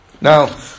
Now